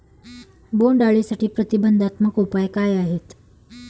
बोंडअळीसाठी प्रतिबंधात्मक उपाय काय आहेत?